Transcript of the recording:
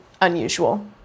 unusual